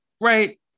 right